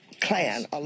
clan